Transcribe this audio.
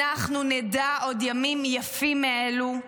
אנחנו עוד נדע ימים יפים מאלו,